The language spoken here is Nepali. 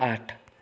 आठ